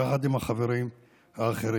יחד עם החברים האחרים.